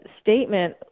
statement